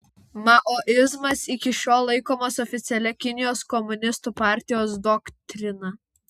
maoizmas iki šiol laikomas oficialia kinijos komunistų partijos doktrina